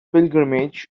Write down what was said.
pilgrimage